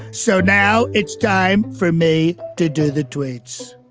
so now it's time for me to do the tweets.